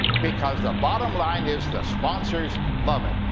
because, the bottom line is, the sponsors love it,